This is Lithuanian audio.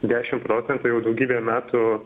dešimt procentų jau daugybę metų